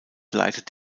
leitet